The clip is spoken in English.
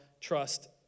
trust